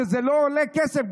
שזה לא עולה כסף,